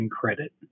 credit